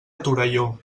torelló